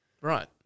Right